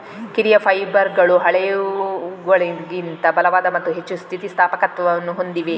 ಕಿರಿಯ ಫೈಬರ್ಗಳು ಹಳೆಯವುಗಳಿಗಿಂತ ಬಲವಾದ ಮತ್ತು ಹೆಚ್ಚು ಸ್ಥಿತಿ ಸ್ಥಾಪಕತ್ವವನ್ನು ಹೊಂದಿವೆ